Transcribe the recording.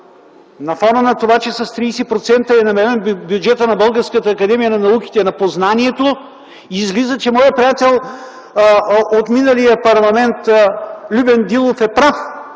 На фона на това, че с 30% е намален бюджетът на Българската академия на науките, на познанието, излиза, че моят приятел от миналия парламент Любен Дилов е прав,